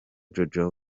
jojo